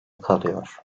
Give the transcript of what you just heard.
kalıyor